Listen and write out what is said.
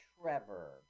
Trevor